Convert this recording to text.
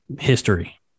History